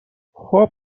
خوب